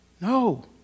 No